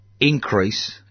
Increase